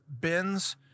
bins